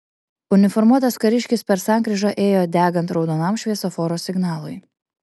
uniformuotas kariškis per sankryžą ėjo degant raudonam šviesoforo signalui